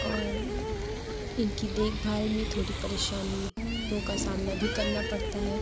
اور ان کی دیکھ بھال میں تھوڑی پریشانیوں کا سامنا بھی کرنا پڑتا ہے